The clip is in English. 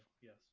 yes